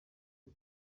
ati